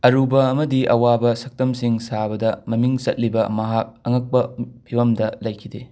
ꯑꯔꯨꯕ ꯑꯃꯗꯤ ꯑꯋꯥꯕ ꯁꯛꯇꯝꯁꯤꯡ ꯁꯥꯕꯗ ꯃꯃꯤꯡ ꯆꯠꯂꯤꯕ ꯃꯍꯥꯛ ꯑꯉꯛꯄ ꯐꯤꯕꯝꯗ ꯂꯩꯈꯤꯗꯦ